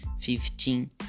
fifteen